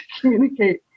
communicate